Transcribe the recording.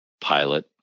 pilot